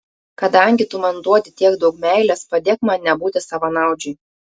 kadangi tu man duodi tiek daug meilės padėk man nebūti savanaudžiui